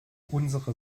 unsere